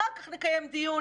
אחר כך נקיים דיון